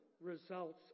results